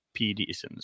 PDs